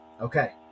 Okay